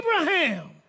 Abraham